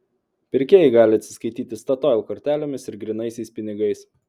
pirkėjai gali atsiskaityti statoil kortelėmis ir grynaisiais pinigais